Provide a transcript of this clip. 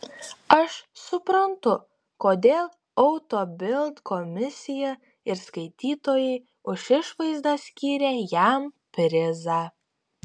aš suprantu kodėl auto bild komisija ir skaitytojai už išvaizdą skyrė jam prizą